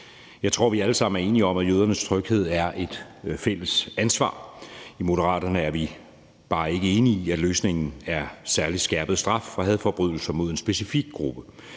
Jeg tror, at vi alle sammen er enige om, at jødernes tryghed er et fælles ansvar. I Moderaterne er vi bare ikke enige i, at løsningen er særlig skærpet straf for hadforbrydelser mod en specifik gruppe.